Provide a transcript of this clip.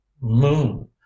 moon